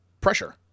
pressure